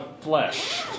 flesh